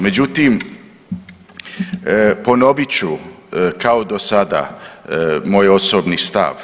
Međutim, ponovit ću kao do sada moj osobni stav.